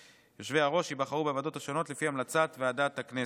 יושבי-הראש ייבחרו בוועדות השונות לפי המלצת ועדת הכנסת.